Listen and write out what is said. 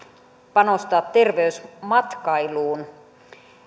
panostaa terveysmatkailuun